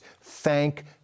thank